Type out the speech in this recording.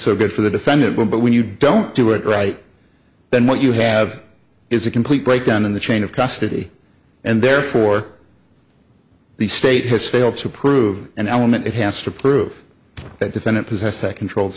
so good for the defendant when but when you don't do it right then what you have is a complete breakdown in the chain of custody and therefore the state has failed to prove an element it has to prove that defendant possessed a controlled